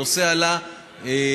הנושא עלה בעקבות,